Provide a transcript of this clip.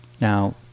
Now